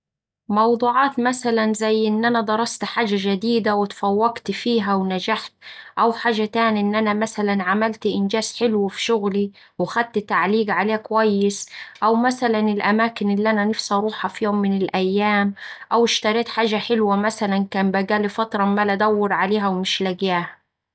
موضوعات مثلا زي إن أنا درست حاجة جديدة واتفوقت فيها ونجحت، أو حاجة تاني إن أنا مثلا عملت إنجاز حلو في شغلي وخدت تعليق عليه كويس، أو مثلا الأماكن اللي أنا نفسي أروحها في يوم من الأيام، أو اشتريت حاجة حلوة مثلا كان بقالي فترة أمال أدور عليها ومش لاقياها.